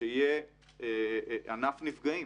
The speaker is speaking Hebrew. שיהיה ענף נפגעים,